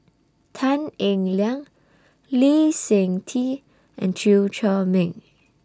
Tan Eng Liang Lee Seng Tee and Chew Chor Meng